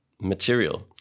material